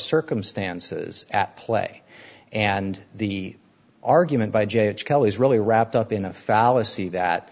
circumstances at play and the argument by j kelly's really wrapped up in a fallacy that